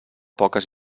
poques